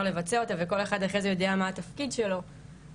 לבצע אותה וכל אחד אחרי זה יודע מה התפקיד שלו בהמשך.